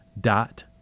dot